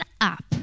up